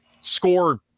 score